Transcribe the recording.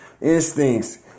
Instincts